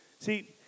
See